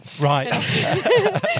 Right